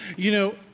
you know,